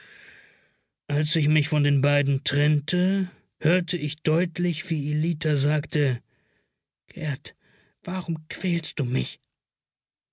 als ich mich von den beiden trennte hörte ich deutlich wie ellita sagte gert warum quälst du mich